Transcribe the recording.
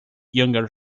younger